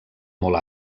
molt